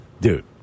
Dude